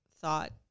thought